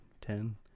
ten